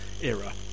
era